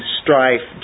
strife